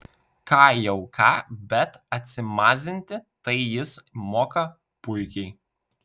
ką jau ką bet atsimazinti tai jis moka puikiai